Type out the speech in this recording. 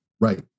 right